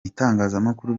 itangazamakuru